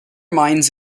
mines